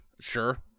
Sure